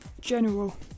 general